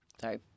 sorry